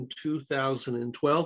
2012